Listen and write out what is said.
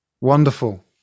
Wonderful